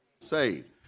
saved